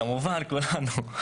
כמובן, כולנו.